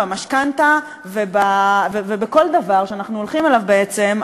במשכנתה ובכל דבר שאנחנו הולכים אליו בעצם,